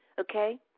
Okay